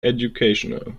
educational